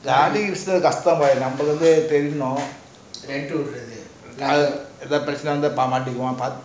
காடி ரொம்ப கஷ்டம் நம்மள வந்து தேரினும் அது எத்துணை பிரேசனா வந்த மாடிப்போம்:gaadi romba kastam namala vanthu terinum athu yeathuna preachana vantha maatipom